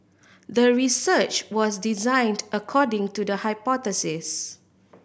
the research was designed according to the hypothesis